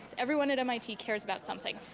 everyone at mit cares about something,